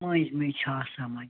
مٔنٛزۍ مٔنٛزۍ چھُ آسان وۄنۍ